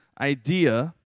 idea